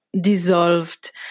dissolved